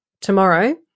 tomorrow